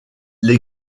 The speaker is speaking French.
les